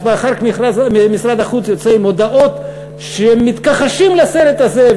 אז אחר כך משרד החוץ יוצא בהודעות שהם מתכחשים לסרט הזה,